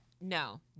No